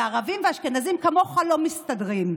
וערבים ואשכנזים כמוך לא מסתדרים?